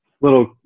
little